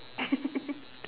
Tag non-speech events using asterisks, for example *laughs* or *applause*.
*laughs*